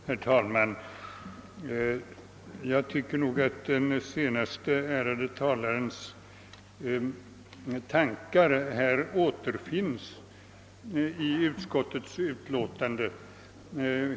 Herr talman! Jag tycker nog att den senaste ärade talarens tankar återfinns i utskottets utlåtande.